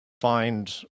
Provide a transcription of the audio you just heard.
find